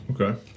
Okay